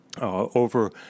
over